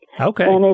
okay